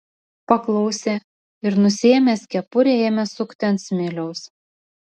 paklausė ir nusiėmęs kepurę ėmė sukti ant smiliaus